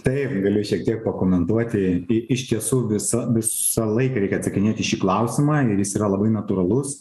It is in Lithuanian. taip galiu šiek tiek pakomentuoti i iš tiesų visą visą laiką reikia atsakinėti į šį klausimą ir jis yra labai natūralus